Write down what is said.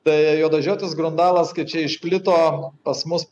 tai juodažiotis grundalas kai čia išplito pas mus